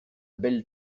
belle